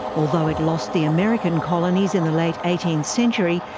although it lost the american colonies in the late eighteenth century,